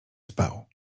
spał